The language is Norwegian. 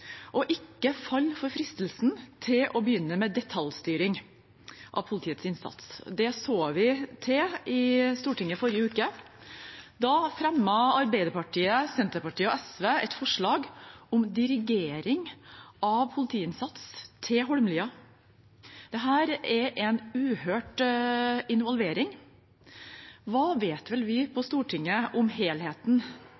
ikke faller for fristelsen til å begynne med detaljstyring av politiets innsats. Det så vi tegn til i Stortinget i forrige uke. Da fremmet Arbeiderpartiet, Senterpartiet og SV et forslag om dirigering av politiinnsats til Holmlia. Dette er en uhørt involvering. Hva vet vel vi på